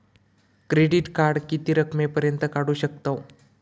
Credit card किती रकमेपर्यंत काढू शकतव?